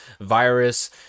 virus